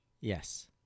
Yes